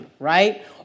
right